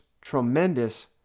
tremendous